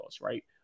right